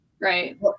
Right